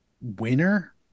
winner